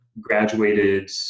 graduated